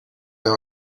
now